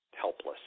helpless